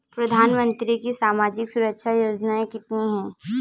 प्रधानमंत्री की सामाजिक सुरक्षा योजनाएँ कितनी हैं?